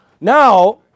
Now